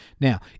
Now